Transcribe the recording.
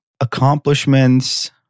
Accomplishments